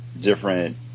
different